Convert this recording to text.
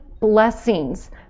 blessings